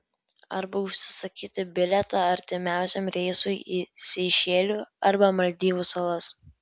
arba užsisakyti bilietą artimiausiam reisui į seišelių arba maldyvų salas